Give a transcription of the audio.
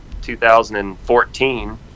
2014